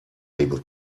able